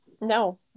No